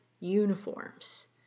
uniforms